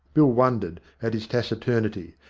bill wondered at his taci turnity,